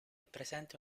presente